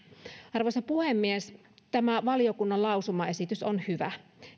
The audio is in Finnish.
arvoisa puhemies tämä valiokunnan lausumaesitys on hyvä